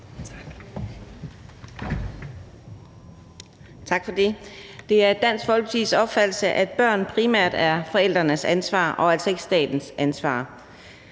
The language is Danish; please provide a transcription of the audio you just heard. Tak for det. Det er Dansk Folkepartis opfattelse, at børn primært er forældrenes ansvar og altså ikke statens ansvar.